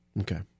Okay